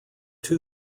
two